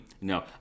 No